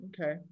Okay